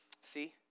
see